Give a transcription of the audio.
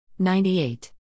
98